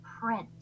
print